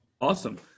Awesome